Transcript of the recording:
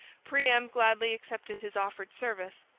priam gladly accepted his offered service,